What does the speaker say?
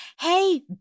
hey